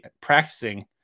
practicing